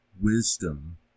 wisdom